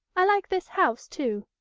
i like this house, too.